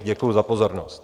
Děkuji za pozornost.